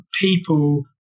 people –